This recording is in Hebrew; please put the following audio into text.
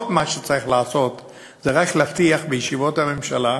כל מה שצריך לעשות זה רק להבטיח בישיבות הממשלה,